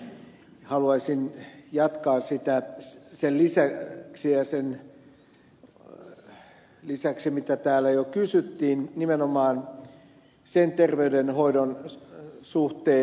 haluaisin jatkaa sen lisäksi mitä täällä jo kysyttiin nimenomaan terveydenhoidon suhteen